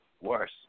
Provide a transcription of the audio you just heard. worse